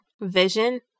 vision